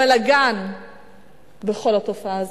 בלגן בכל התופעה הזאת.